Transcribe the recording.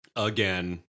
Again